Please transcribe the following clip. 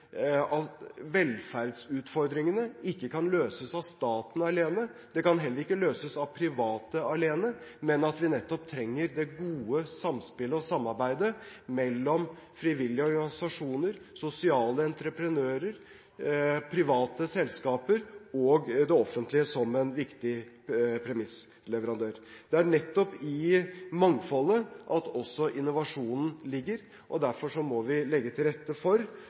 at velferdsutfordringene ikke kan løses av staten alene, de kan heller ikke løses av private alene, men at vi nettopp trenger det gode samspillet og samarbeidet mellom frivillige organisasjoner, sosiale entreprenører, private selskaper og det offentlige som en viktig premissleverandør. Det er nettopp i mangfoldet at også innovasjonen ligger. Derfor må vi legge til rette for